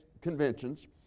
conventions